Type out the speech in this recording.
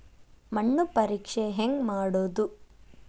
ಮಣ್ಣು ಪರೇಕ್ಷೆ ಹೆಂಗ್ ಮಾಡೋದು?